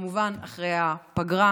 וכמובן אחרי הפגרה.